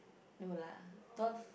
no lah twelve